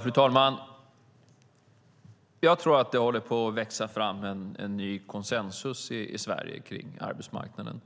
Fru talman! Jag tror att det håller på att växa fram en ny konsensus i Sverige kring arbetsmarknaden.